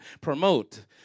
promote